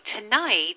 tonight